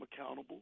accountable